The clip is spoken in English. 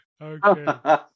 Okay